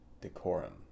Decorum